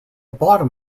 bottom